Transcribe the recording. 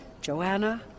Joanna